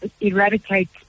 eradicate